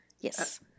Yes